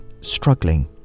struggling